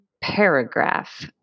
paragraph